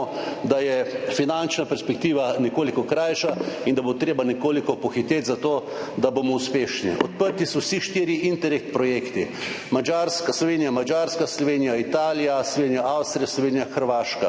da je finančna perspektiva nekoliko krajša in da bo treba nekoliko pohiteti zato, da bomo uspešni. Odprti so vsi štirje interreg projekti, Slovenija–Madžarska, Slovenija–Italija, Slovenija–Avstrija, Slovenija–Hrvaška.